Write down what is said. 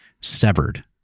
severed